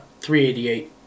388